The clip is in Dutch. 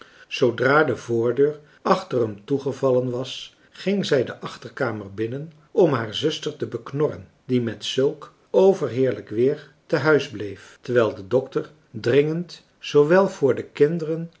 zoodra de voordeur achter hem toegevallen was ging zij de achterkamer binnen om haar zuster te beknorren die met zulk overheerlijk weer te huis bleef terwijl de dokter dringend zoowel voor de kinderen